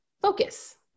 focus